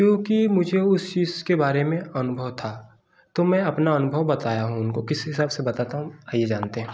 क्योंकि मुझे उस चीज़ के बारे में अनुभव था तो मैं अपना अनुभव बताया उनको किस हिसाब से बताता हूँ आइए जानते हैं